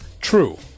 True